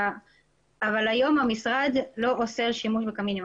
אבל היום המשרד לא אוסר שימוש בקמינים.